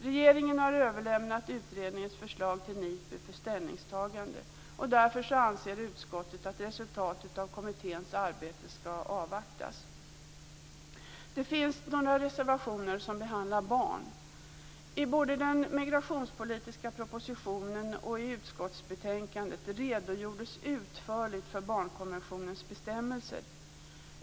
Regeringen har överlämnat utredningens förslag till NIPU för ställningstagande. Därför anser utskottet att resultatet av kommitténs arbete skall avvaktas. Det finns några reservationer som behandlar barn. I både den migrationspolitiska propositionen och i utskottsbetänkandet redogörs utförligt för barnkonventionens bestämmelser.